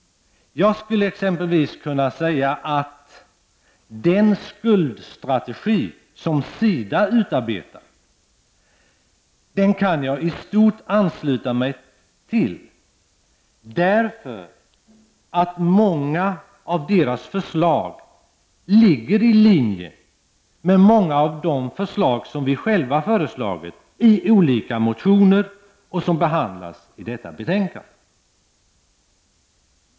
Jag skulle t.ex. kunna säga att jag i stort kan ansluta mig till den skuldstrategi som SIDA har utarbetat, därför att många av SIDA:s förslag ligger i linje med många av de förslag som vpk väckt i olika motioner och som behandlas i detta betänkande.